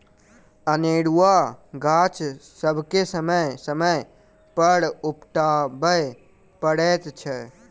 अनेरूआ गाछ सभके समय समय पर उपटाबय पड़ैत छै